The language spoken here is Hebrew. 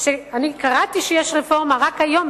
קראתי שיש רפורמה רק היום,